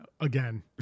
Again